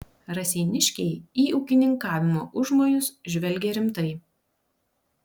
raseiniškiai į ūkininkavimo užmojus žvelgė rimtai